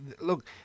Look